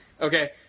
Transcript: Okay